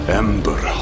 ember